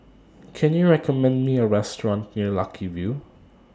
Can YOU recommend Me A Restaurant near Lucky View